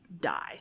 die